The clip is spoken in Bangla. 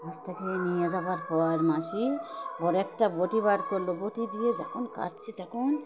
মাছটাকে নিয়ে যাওয়ার পর মাসি বড় একটা বঁটি বার করল বঁটি দিয়ে যখন কাটছে তখন